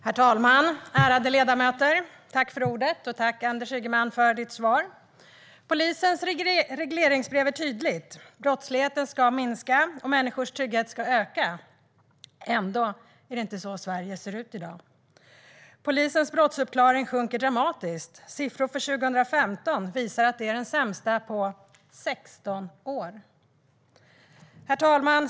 Herr talman! Ärade ledamöter! Tack, Anders Ygeman, för svaret! Polisens regleringsbrev är tydligt. Brottsligheten ska minska och människors trygghet ska öka. Ändå är det inte så Sverige ser ut i dag. Polisens brottsuppklaring sjunker dramatiskt. Siffror för 2015 visar att det är den sämsta uppklaringen på 16 år. Herr talman!